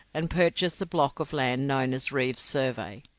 and purchased the block of land known as reeve's survey.